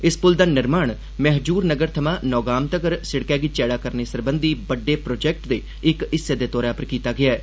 इस पुल दा निर्माण मेहजूर नगर थमां नौगाम तक्कर सिड़कै गी चैड़ा बनाने सरबंधी बड़डे प्रोजेक्ट दे इक हिस्से दे तौर उप्पर कीता गेआ ऐ